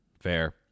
fair